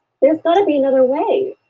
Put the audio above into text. there has got to be another way.